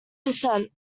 descent